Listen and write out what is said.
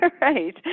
right